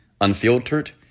unfiltered